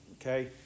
Okay